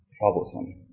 troublesome